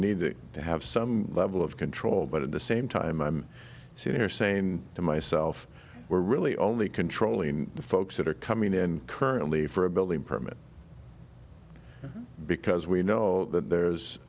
need to have some level of control but at the same time i'm sitting here saying to myself we're really only controlling the folks that are coming in currently for a building permit because we know that there's